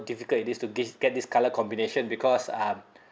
difficult it is to this g~ get this colour combination because um